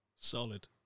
Solid